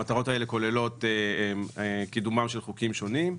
המטרות האלו כוללות קידומם של חוקים שונים,